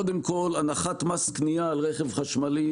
קודם כל, הנחת מס קניה על רכב חשמלי,